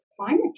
climate